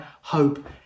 hope